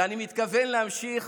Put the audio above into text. ואני מתכוון להמשיך